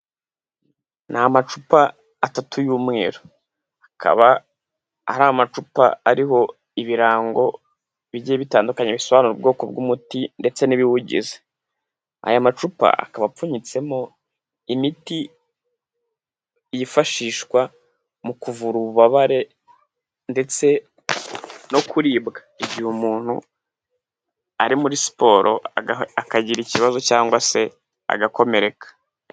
Ni amacupa atatu y'umweru, akaba ari amacupa ariho ibirango bigiye bitandukanye bisobanura ubwoko bw'umuti ndetse n'ibiwugize, aya macupa akaba apfunyitsemo imiti yifashishwa mu kuvura ububabare, ndetse no kuribwa, igihe umuntu ari muri siporo akagira ikibazo cyangwa se agakomereka.